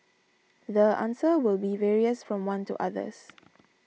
the answer will be various from one to others